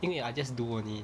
因为 I just do only